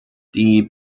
die